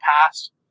past